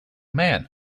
man